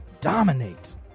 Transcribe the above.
dominate